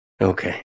Okay